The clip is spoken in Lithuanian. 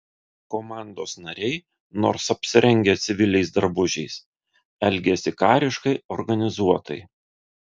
komandos nariai nors apsirengę civiliais drabužiais elgėsi kariškai organizuotai